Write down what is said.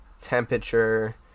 temperature